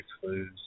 clues